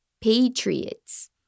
Patriots